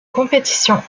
compétition